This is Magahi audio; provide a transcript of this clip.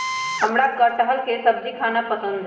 हमरा कठहल के सब्जी खाना पसंद हई